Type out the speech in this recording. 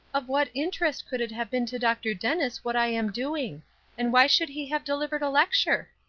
of what interest could it have been to dr. dennis what i am doing and why should he have delivered a lecture?